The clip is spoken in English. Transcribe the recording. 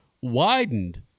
widened